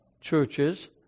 churches